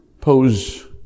pose